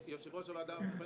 יושב-ראש הוועדה הבוחנת,